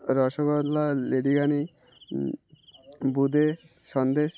রসগোল্লা লেডিকেনি বোঁদে সন্দেশ